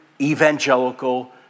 evangelical